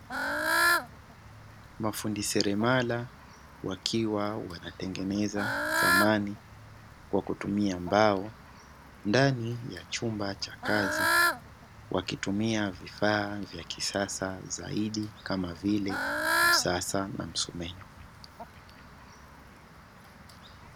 Mafundi seremala wakiwa wanatengeneza samani kwa kutumia mbao ndani ya chumba cha kazi, wakitumia vifaa vya kisasa zaidi kama vile msasa na msumeno.